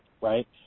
right